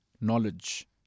knowledge